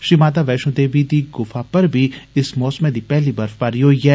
श्री माता वैश्णो देवी गुफा पर इस मौसम दी पहली बर्फबारी होई ऐ